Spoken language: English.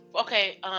okay